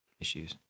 issues